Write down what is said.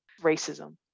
Racism